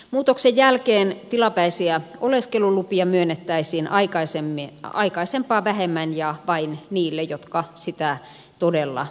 muutoksen jälkeen tilapäisiä oleskelulupia myönnettäisiin aikaisempaa vähemmän ja vain niille jotka sitä todella tarvitsevat